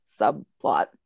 subplot